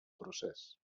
procés